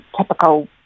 typical